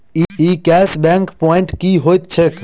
ई cash back point की होइत छैक?